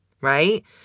right